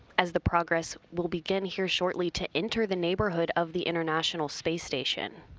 as the progress will begin here shortly to enter the neighborhood of the international space station.